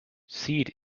seed